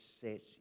sets